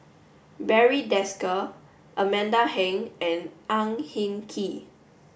Barry Desker Amanda Heng and Ang Hin Kee